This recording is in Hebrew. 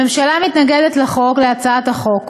הממשלה מתנגדת להצעת החוק.